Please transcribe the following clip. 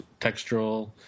textural